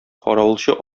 каравылчы